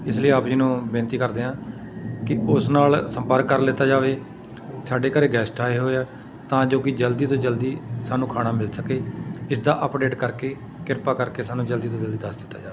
ਇਸ ਲਈ ਆਪ ਜੀ ਨੂੰ ਬੇਨਤੀ ਕਰਦੇ ਹਾਂ ਕਿ ਉਸ ਨਾਲ ਸੰਪਰਕ ਕਰ ਲਿੱਤਾ ਜਾਵੇ ਸਾਡੇ ਘਰ ਗੈਸਟ ਆਏ ਹੋਏ ਆ ਤਾਂ ਜੋ ਕਿ ਜਲਦੀ ਤੋਂ ਜਲਦੀ ਸਾਨੂੰ ਖਾਣਾ ਮਿਲ ਸਕੇ ਇਸ ਦਾ ਅਪਡੇਟ ਕਰਕੇ ਕਿਰਪਾ ਕਰਕੇ ਸਾਨੂੰ ਜਲਦੀ ਤੋਂ ਜਲਦੀ ਦੱਸ ਦਿੱਤਾ ਜਾਵੇ